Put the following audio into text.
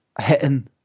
hitting